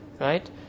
right